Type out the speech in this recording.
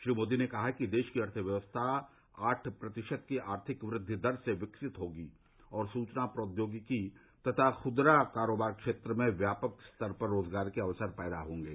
श्री मोदी ने कहा कि देश की अर्थव्यवस्था आठ प्रतिशत की आर्थिक वृद्दि दर से विकसित होगी और सुचना प्रौद्योगिकी तथा खुदरा कारोबार क्षेत्र में व्यापक स्तर पर रोजगार के अवसर पैदा होंगे